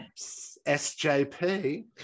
SJP